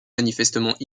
manifestement